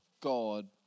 God